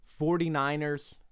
49ers